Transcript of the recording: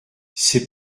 c’est